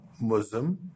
Muslim